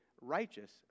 righteous